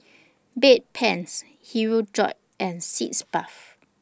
Bedpans Hirudoid and Sitz Bath